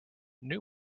new